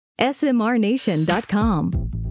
smrnation.com